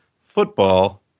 football